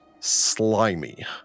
slimy